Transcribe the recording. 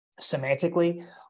semantically